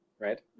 right